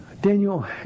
Daniel